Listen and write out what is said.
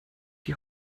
die